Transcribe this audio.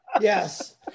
yes